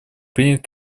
принят